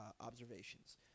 observations